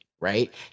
Right